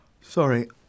Sorry